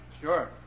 Sure